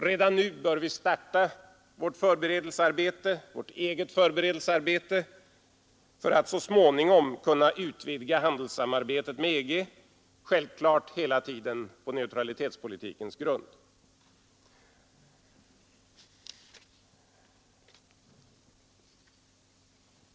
Redan nu bör vi starta vårt eget förberedelsearbete för att så småningom kunna utvidga handelssamarbetet med EG, självklart hela tiden på neutralitetspolitikens grund.